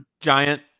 Giant